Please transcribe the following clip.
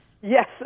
Yes